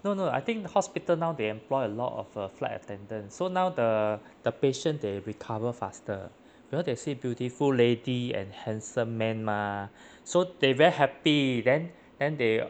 no no I think the hospital now they employ a lot of uh flight attendants so now the the patient they recover faster because they see beautiful lady and handsome man mah so they very happy then then they